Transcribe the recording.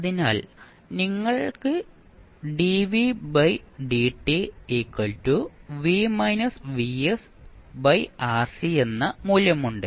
അതിനാൽ ഇപ്പോൾ നിങ്ങൾക്ക് എന്ന മൂല്യമുണ്ട്